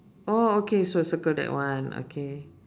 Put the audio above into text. oh okay so circle that one okay